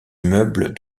immeubles